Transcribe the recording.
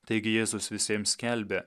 taigi jėzus visiems skelbė